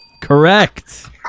Correct